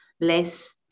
less